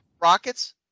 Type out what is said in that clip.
Rockets